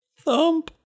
Thump